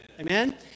Amen